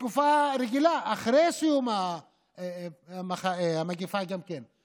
בתקופה רגילה, אחרי סיום המגפה גם כן.